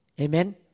Amen